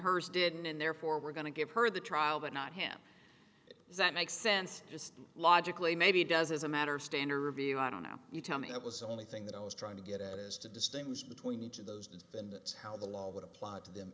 hers didn't and therefore we're going to give her the trial but not him that makes sense just logically maybe does as a matter of standard view i don't know you tell me it was the only thing that i was trying to get at is to distinguish between each of those defendants how the law would apply to them